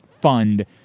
Fund